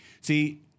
See